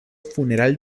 funeral